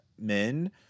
men